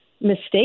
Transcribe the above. mistake